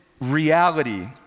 reality